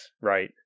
right